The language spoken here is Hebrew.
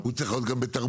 הוא צריך להיות גם בתרבות,